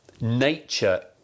nature